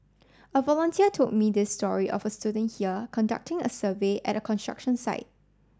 a volunteer told me this story of student here conducting a survey at a construction site